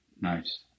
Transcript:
Nice